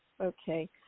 Okay